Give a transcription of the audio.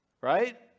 Right